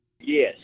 Yes